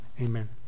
Amen